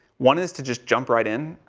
one is to just jump right in.